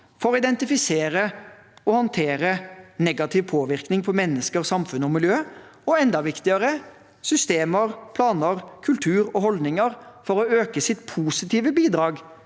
for å identifisere og håndtere negativ påvirkning på mennesker, samfunn og miljø, og enda viktigere – systemer, planer, kultur og holdninger for å øke sitt positive bidrag